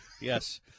yes